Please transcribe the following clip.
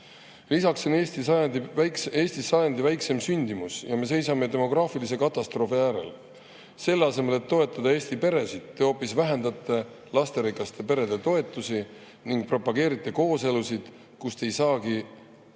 Lisaks on Eestis sajandi väikseim sündimus ja me seisame demograafilise katastroofi äärel. Selle asemel et toetada Eesti peresid, te hoopis vähendate lasterikaste perede toetusi ning propageerite kooselusid, kust ei saagi normaalselt